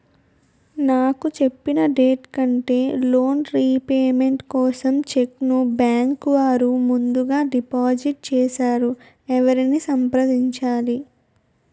నాకు చెప్పిన డేట్ కంటే లోన్ రీపేమెంట్ కోసం చెక్ ను బ్యాంకు వారు ముందుగా డిపాజిట్ చేసారు ఎవరిని సంప్రదించాలి?